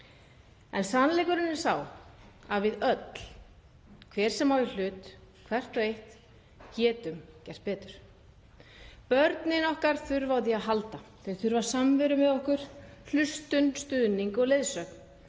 En sannleikurinn er sá að við öll, hver sem á í hlut, hvert og eitt, getum gert betur. Börnin okkar þurfa á því að halda. Þau þurfa samveru með okkur, hlustun, stuðning og leiðsögn,